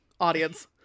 audience